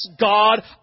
God